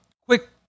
Quick